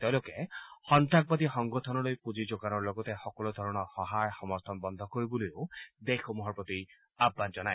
তেওঁলোকে সন্তাসবাদী সংগঠনলৈ পুঁজি যোগানৰ লগতে সকলো ধৰণৰ সহায় সমৰ্থন বন্ধ কৰিবলৈও দেশসমূহৰ প্ৰতি আহান জনায়